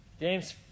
James